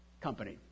Company